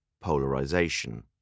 polarization